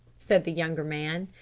said the younger man.